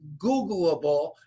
Googleable